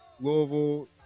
louisville